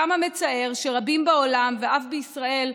כמה מצער שרבים בעולם, ואף בישראל,